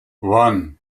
one